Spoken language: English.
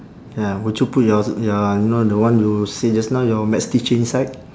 ya would you put your your you know the one you say just now your maths teacher inside